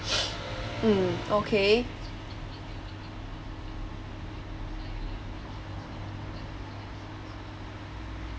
mm okay